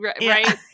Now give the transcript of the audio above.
right